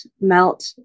melt